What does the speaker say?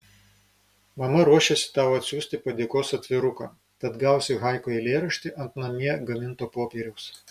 mama ruošiasi tau atsiųsti padėkos atviruką tad gausi haiku eilėraštį ant namie gaminto popieriaus